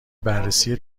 بررسی